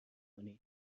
کنید